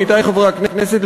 עמיתי חברי הכנסת,